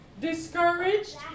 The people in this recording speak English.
discouraged